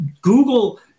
Google